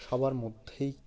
সবার মধ্যেই